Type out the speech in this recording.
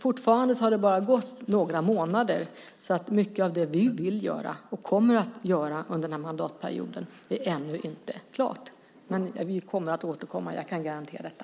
Fortfarande har det bara gått några månader. Mycket av det vi vill göra och kommer att göra under den här mandatperioden är ännu inte klart. Vi återkommer. Det kan jag garantera.